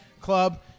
Club